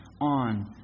on